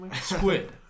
Squid